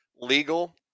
legal